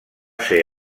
ser